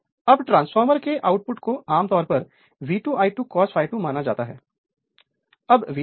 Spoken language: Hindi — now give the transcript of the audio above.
Refer Slide Time 2032 अब ट्रांसफार्मर के आउटपुट को आम तौर पर V2 I2 cos ∅2 माना जाताहै